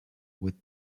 with